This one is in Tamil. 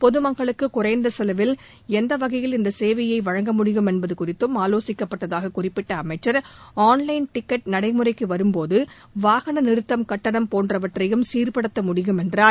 பொதுமக்களுக்கு குறைந்த செலவில் எந்த வகையில் இந்த சேவையை வழங்க முடியும் என்பது குறித்தும் ஆலோசிக்கப்பட்டதாக குறிப்பிட்ட அமைச்சா் நடைமுறைக்கு வரும்போது வாகன நிறுத்த கட்டணம் போன்றவற்றையும் சீர்ப்படுத்த முடியும் என்றார்